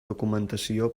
documentació